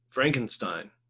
Frankenstein